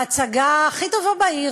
ההצגה הכי טובה בעיר,